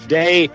day